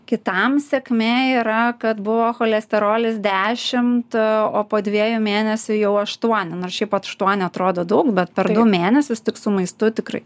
kitam sėkmė yra kad buvo cholesterolis dešimt o po dviejų mėnesių jau aštuoni nors šiaip aštuoni atrodo daug bet per du mėnesius tik su maistu tikrai